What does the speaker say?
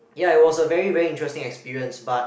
ya it was a very very interesting experience but